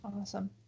Awesome